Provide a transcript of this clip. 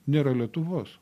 nėra lietuvos